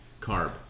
carb